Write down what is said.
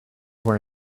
were